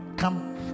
Come